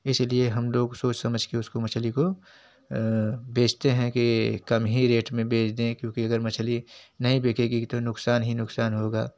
इसलिए हम लोग सोच समझ कर उसको मछली को बेचते हैं कि कम ही रेट में बेच दें क्योंकि अगर मछली नहीं बिकेगी तो नुकसान ही नुकसान होगा